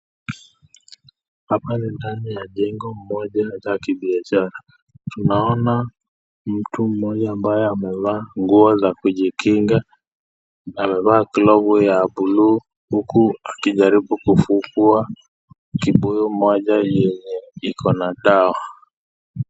Hapa ni ndani ya jengo moja la kibiashara. Tunaona mtu mmoja ambaye amevaa nguo za kujikinga. Amevaa glovu ya blue huku akijaribu kufungua kibuyu moja yenye iko na dawa.